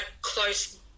close